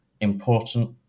important